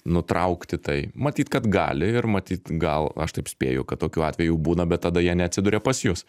nutraukti tai matyt kad gali ir matyt gal aš taip spėju kad tokių atvejų būna bet tada jie neatsiduria pas jus